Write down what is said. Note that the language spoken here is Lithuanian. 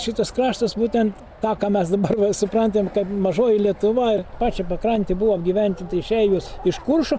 šitas kraštas būtent tą ką mes dabar va suprantam kaip mažoji lietuva ar pačia pakrantė buvo gyventa išeivius iš kuršo